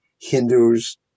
Hindus